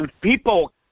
people